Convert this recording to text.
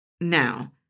Now